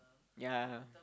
ya